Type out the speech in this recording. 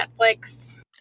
Netflix